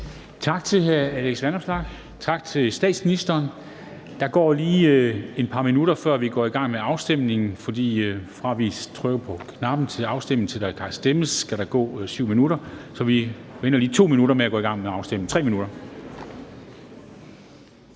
Tak til hr. Alex Vanopslagh, tak til statsministeren. Der går lige et par minutter, før vi går i gang med afstemningen, for fra der bliver kaldt til afstemning, til der kan stemmes, skal der gå 7 minutter. Så vi venter lige 3 minutter, før vi går i gang med afstemningen. --- Kl.